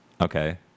Okay